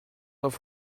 auf